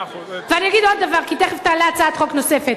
ואני אגיד עוד דבר, כי תיכף תעלה הצעת חוק נוספת: